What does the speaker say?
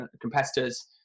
competitors